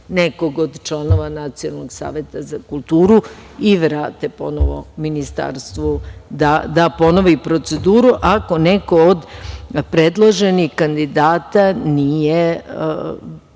nekog od članova Nacionalnog saveta za kulturu i vrate ponovo Ministarstvu da ponovi proceduru, ako neko od predloženih kandidata nije